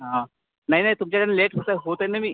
हा नाही नाही तुमच्याकडे लेटचं होत आहे ना मी